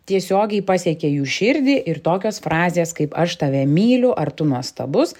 tiesiogiai pasiekia jų širdį ir tokios frazės kaip aš tave myliu ar tu nuostabus